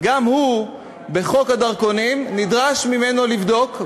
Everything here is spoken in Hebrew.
בחוק הדרכונים נדרש לבדוק,